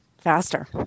faster